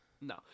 No